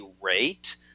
rate